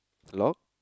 lock